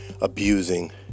abusing